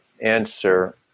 answer